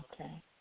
Okay